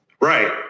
Right